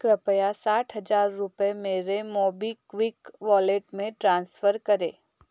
कृपया साठ हज़ार रुपये मेरे मोबीक्विक वॉलेट में ट्रांसफ़र करें